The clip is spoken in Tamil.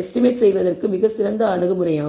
எஸ்டிமேட் செய்வதற்கு மிகச் சிறந்த அணுகுமுறையாகும்